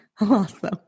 Awesome